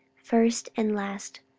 first and last,